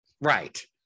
Right